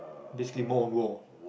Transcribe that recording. basically more of war